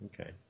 Okay